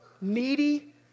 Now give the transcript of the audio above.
needy